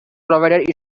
provided